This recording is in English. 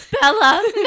Bella